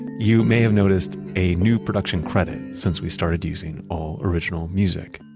you may have noticed a new production credit since we started using all original music